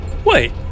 Wait